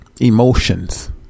emotions